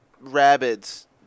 rabbits